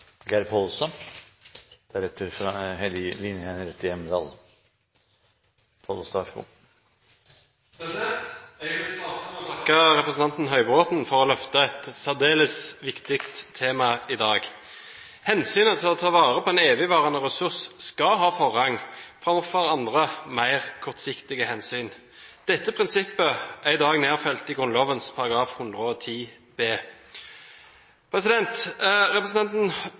Jeg vil starte med å takke representanten Høybråten for å løfte et særdeles viktig tema i dag. Hensynet til å ta vare på en evigvarende ressurs skal ha forrang framfor andre, mer kortsiktige hensyn. Dette prinsippet er i dag nedfelt i Grunnloven § 110 b. Representanten